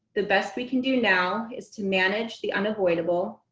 the best we can do now is to manage the unavoidable,